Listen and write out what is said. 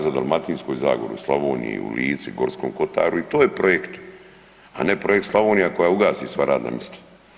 Dalmatinsku zagoru, Slavoniju, Lici, Gorskom kotaru i to je projekt, a ne projekt Slavonija koja ugasi sva radna mista.